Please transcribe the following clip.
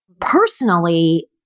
personally